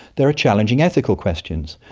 there are challenging ethical questions,